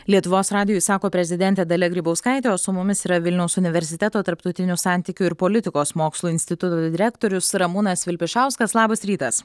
lietuvos radijui sako prezidentė dalia grybauskaitė o su mumis yra vilniaus universiteto tarptautinių santykių ir politikos mokslų instituto direktorius ramūnas vilpišauskas labas rytas